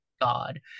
god